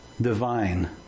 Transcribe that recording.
divine